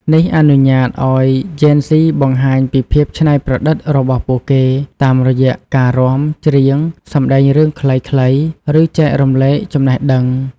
នេះអនុញ្ញាតឱ្យជេនហ្ស៊ីបង្ហាញពីភាពច្នៃប្រឌិតរបស់ពួកគេ តាមរយៈការរាំ ច្រៀង សម្ដែងរឿងខ្លីៗ ឬចែករំលែកចំណេះដឹង។